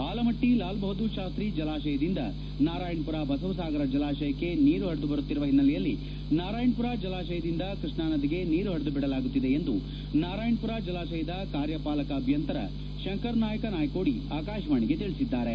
ಆಲಮಟ್ಟ ಲಾಲ್ ಬಹಾದ್ದೂರ್ ಶಾಸ್ತಿ ಜಲಾಶಯದಿಂದ ನಾರಾಯಣಪುರ ಬಸವಸಾಗರ ಜಲಾಶಯಕ್ಕೆ ನೀರು ಪರಿದು ಬರುತ್ತಿರುವ ಹಿನ್ನೆಲೆಯಲ್ಲಿ ನಾರಾಯಣಪುರ ಜಲಾಶಯದಿಂದ ಕೃಷ್ಣಾ ನದಿಗೆ ನೀರು ಪರಿದು ಬಿಡಲಾಗುತ್ತಿದೆ ಎಂದು ನಾರಾಯಣಪುರ ಜಲಾಶಯದ ಕಾರ್ಯಪಾಲಕ ಅಭಿಯಂತರ ಶಂಕರ್ ನಾಯ್ಕ್ ನಾಯ್ಕೋಡಿ ಆಕಾಶವಾಣಿಗೆ ತಿಳಿಸಿದ್ದಾರೆ